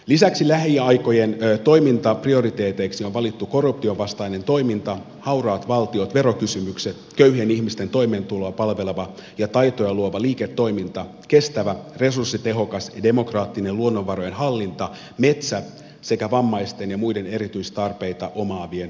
lisäksi lähiaikojen toimintaprioriteeteiksi on valittu korruption vastainen toiminta hauraat valtiot verokysymykset köyhien ihmisten toimeentuloa palveleva ja taitoja luova liiketoiminta kestävä resurssitehokas demokraattinen luonnonvarojen hallinta metsä sekä vammaisten ja muiden erityistarpeita omaavien koulutus